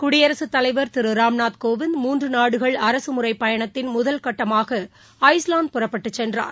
குடியரசுத் தலைவர் திரு ராம்நாத் கோவிந்த் மூன்று நாடுகள் அரசு முறைப்பயணத்தின் முதல்கட்டமாக ஐஸ்லாந்து புறப்பட்டுச் சென்றார்